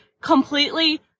completely